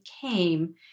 came